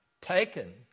taken